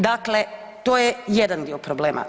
Dakle, to je jedan dio problema.